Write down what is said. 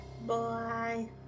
Bye